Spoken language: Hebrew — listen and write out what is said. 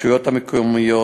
הרשויות המקומיות,